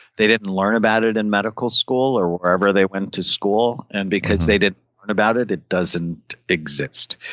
they didn't learn about it in medical school or wherever they went to school and because they didn't learn and about it, it doesn't exist.